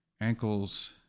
ankles